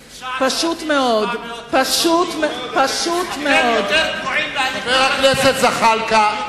אתם יותר גרועים, חבר הכנסת זחאלקה.